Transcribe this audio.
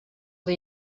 die